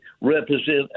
represent